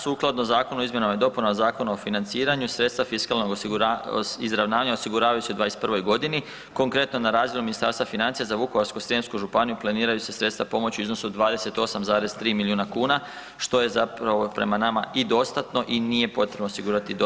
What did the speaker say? Sukladno Zakonu o izmjenama i dopunama Zakona o financiranju sredstva fiskalnog izravnanja osiguravaju se u 2021. godini, konkretno na razvoju Ministarstva financija za Vukovarsko-srijemsku županiju planiraju se sredstva pomoći u iznosu od 28,3 milijuna kuna što je prema nama i dostatno i nije potrebno osigurati dodana sredstva.